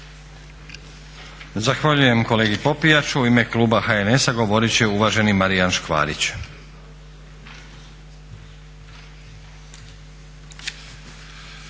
Zahvaljujem kolegi Popijaču. U ime kluba HNS-a govorit će uvaženi Marijan Škvarić.